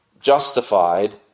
justified